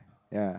ya